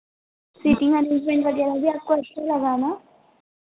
seating arrangement वगैरह भी आपको अच्छा लगा ना